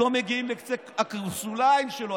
לא מגיעים לקצה הקרסוליים שלו.